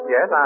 Yes